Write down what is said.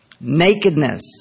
Nakedness